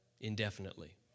indefinitely